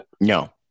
No